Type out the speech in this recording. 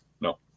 no